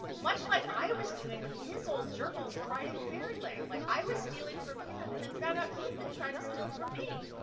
much like i was doing with his old journals and writing fairyland, like i was stealing from him and then found out he had been trying to steal from me.